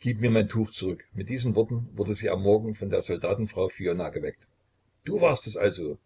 gib mir mein tuch zurück mit diesen worten wurde sie am morgen von der soldatenfrau fiona geweckt du warst es also